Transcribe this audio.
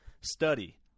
Study